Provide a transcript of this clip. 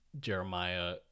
Jeremiah